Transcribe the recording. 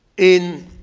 in